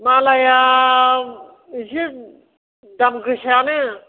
मालाया एसे दामगोसायानो